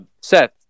Seth